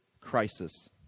crisis